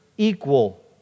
equal